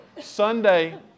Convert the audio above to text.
sunday